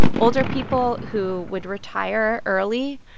older people who would retire early.